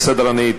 גברתי הסדרנית,